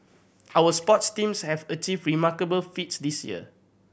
our sports teams have achieve remarkable feats this year